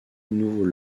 nouveau